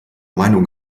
meinung